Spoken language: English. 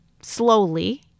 slowly